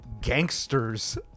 gangsters